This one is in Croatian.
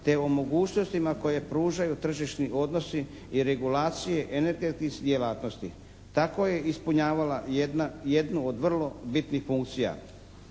te o mogućnostima koje pružaju tržišni odnosi i regulacije energetskih djelatnosti. Tako je ispunjavala jednu od vrlo bitnih funkcija.